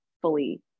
fully